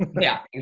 yeah,